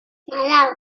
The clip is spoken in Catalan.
nadal